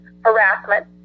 harassment